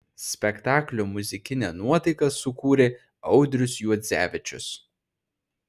spektaklio muzikinę nuotaiką sukūrė audrius juodzevičius